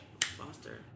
Foster